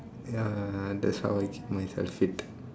ya that's how I keep myself fit